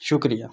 شکریہ